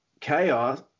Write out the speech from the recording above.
chaos